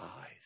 eyes